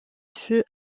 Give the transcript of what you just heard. fut